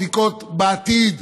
בדיקות בעתיד,